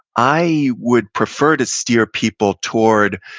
i would prefer to steer people toward,